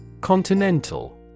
Continental